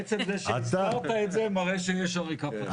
עצם זה שהזכרת את זה, מראה שיש עריקה פוטנציאלית.